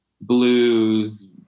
blues